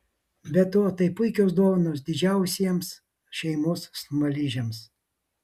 be to tai puikios dovanos didžiausiems šeimos smaližiams